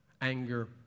anger